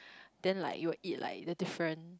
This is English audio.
then like you will eat like the different